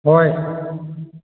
ꯍꯣꯏ